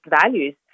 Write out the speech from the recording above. values